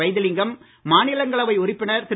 வைத்திலிங்கம் மாநிலங்களவை உறுப்பினர் திரு